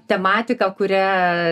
tematiką kurią